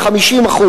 50%,